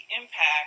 impact